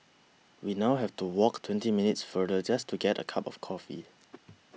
we now have to walk twenty minutes farther just to get a cup of coffee